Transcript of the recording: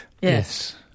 Yes